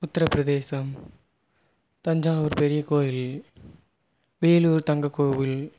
உத்திரப்பிரதேசம் தஞ்சாவூர் பெரிய கோயில் வேலூர் தங்கக் கோவில்